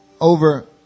over